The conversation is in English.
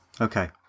Okay